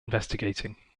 investigating